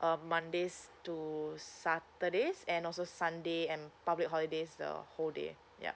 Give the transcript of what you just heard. uh mondays to saturdays and also sunday and public holidays the whole day ya